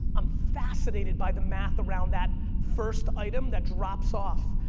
i'm fascinated by the math around that first item that drops off,